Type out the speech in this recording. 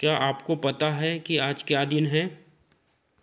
क्या आपको पता है कि आज क्या दिन है